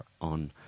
on